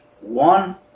one